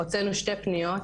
אנחנו הוצאנו שתי פניות,